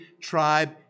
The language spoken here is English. tribe